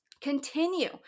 continue